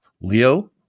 Leo